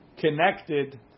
connected